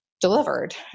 Delivered